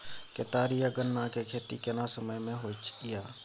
केतारी आ गन्ना के खेती केना समय में होयत या?